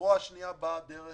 הזרוע השנייה באה דרך